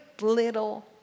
little